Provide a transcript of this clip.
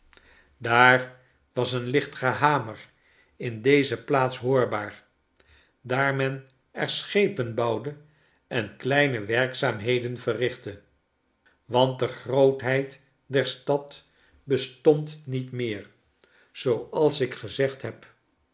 daar was een licht gehamer in deze plaats hoorbaar daar men er schepen bouwde en kleine werkzaamheden verrichtte want de grootheid der stad bestond niet meer zooals ik gezegd heb